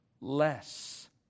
less